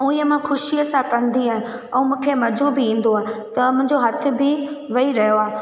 ऐं इहो मां ख़ुशीअ सां कंदी आहियां ऐं मूंखे मज़ो बि ईंदो आहे त मुंहिंजो हथ बि वेही रहियो आहे